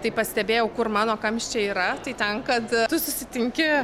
tai pastebėjau kur mano kamščiai yra tai ten kad tu susitinki